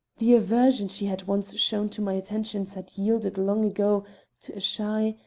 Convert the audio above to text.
the aversion she had once shown to my attentions had yielded long ago to a shy,